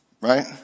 right